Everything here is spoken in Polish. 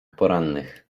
porannych